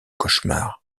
cauchemar